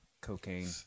cocaine